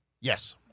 Yes